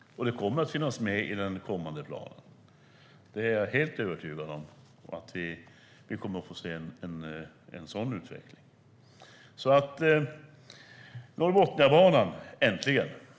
Det kommer att finnas med i den kommande planen. Jag är helt övertygad om att vi kommer att få se en sådan utveckling.